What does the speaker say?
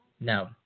No